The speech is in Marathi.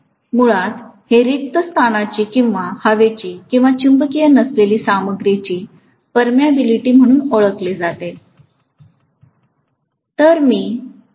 मुळात हे रिक्त स्थानची किंवा हवेची किंवा चुंबकीय नसलेली सामग्रीची परमियाबिलीटी म्हणून ओळखले जाते